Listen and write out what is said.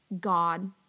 God